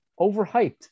overhyped